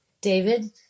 David